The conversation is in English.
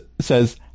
says